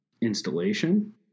installation